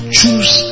choose